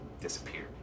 disappeared